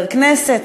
חבר כנסת,